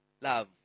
Love